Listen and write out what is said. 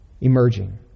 emerging